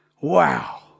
Wow